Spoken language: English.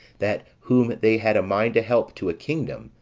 that whom they had a mind to help to a kingdom,